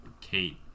kate